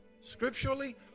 scripturally